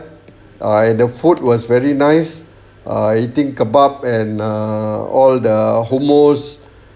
ah and the food was very nice ah I think kebab and err all the hummus